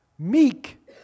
Meek